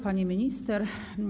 Pani Minister!